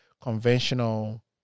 conventional